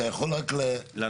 אתה יכול רק לענות?